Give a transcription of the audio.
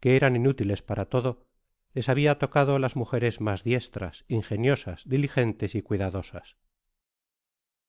que eran inútiles para todo les habian tocado las mujeres mas diestras ingeniosas diligentes y cuidadosas